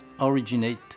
originate